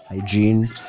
hygiene